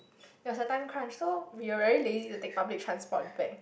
there was a time crunch so we were very lazy to take public transport back